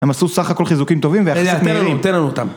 הם עשו סך הכל חיזוקים טובים ויחסית מהירים. יאללה, תן לנו אותם.